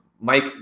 Mike